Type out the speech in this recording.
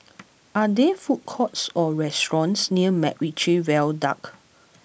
are there food courts or restaurants near MacRitchie Viaduct